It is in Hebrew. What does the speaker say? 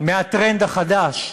מהטרנד החדש,